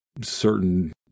certain